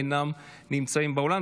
אינם נמצאים באולם.